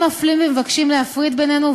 הם מפלים ומבקשים להפריד בינינו,